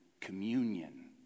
communion